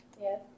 Yes